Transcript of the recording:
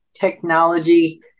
technology